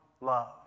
love